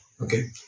okay